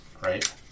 right